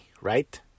Right